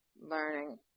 learning